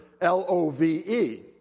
L-O-V-E